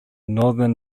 northern